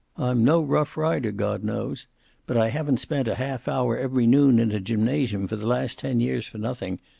i'm no rough rider, god knows but i haven't spent a half hour every noon in a gymnasium for the last ten years for nothing.